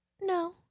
No